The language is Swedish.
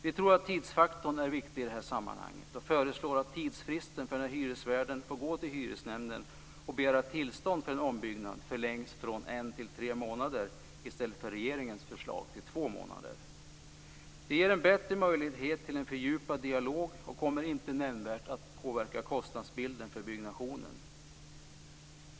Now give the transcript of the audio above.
Vi tror att tidsfaktorn är viktig i detta sammanhang och föreslår att tidsfristen för när hyresvärden får gå till hyresnämnden och begära tillstånd för en ombyggnad förlängs från en månad i stället för till två månader, som är regeringens förslag. Det ger en bättre möjlighet till en fördjupad dialog och kommer inte nämnvärt att påverka kostnadsbilden för ombyggnationen.